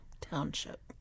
township